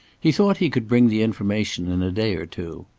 he thought he could bring the information in a day or two.